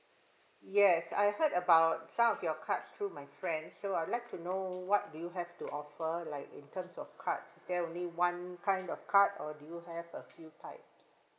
yes I heard about some of your card through my friends so I'd like to know what do you have to offer like in terms of cards is there only one kind of card or do you have a few types